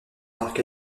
parc